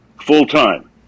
full-time